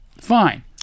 fine